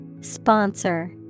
Sponsor